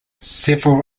several